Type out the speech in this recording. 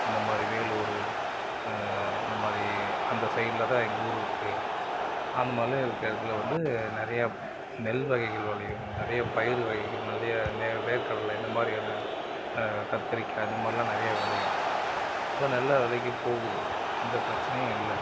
இந்த மாதிரி வேலூரு இந்த மாதிரி அந்த சைடில் தான் எங்கூர் இருக்குது அந்த மாதிரிலாம் இருக்கிற இடத்துல வந்து நிறையா நெல் வகைகள் விளையும் நிறைய பயிர் வகைகள் நிறைய நி வேர்க்கடலை இந்த மாதிரியான கத்திரிக்காய் இந்த மாதிரிலாம் நிறைய விளையும் அதலாம் நல்ல விலைக்கு போகுது எந்த பிரச்சனையும் இல்லை